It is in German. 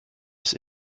ist